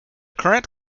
current